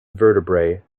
vertebrae